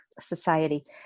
Society